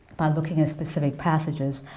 by looking at specific passages.